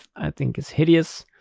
i think is hideous,